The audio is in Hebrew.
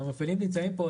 וגם המפעילים נמצאים פה,